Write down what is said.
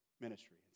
ministry